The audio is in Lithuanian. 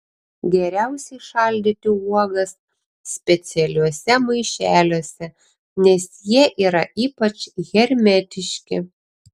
geriausiai šaldyti uogas specialiuose maišeliuose nes jie yra ypač hermetiški